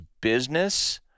business